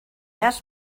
has